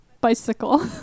bicycle